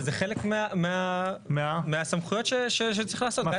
אבל זה חלק מהסמכויות שצריך לעשות.